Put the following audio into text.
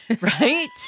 Right